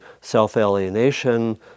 self-alienation